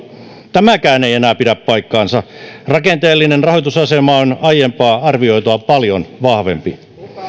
tämäkään ei enää pidä paikkaansa rakenteellinen rahoitusasema on aiempaa arvioitua paljon vahvempi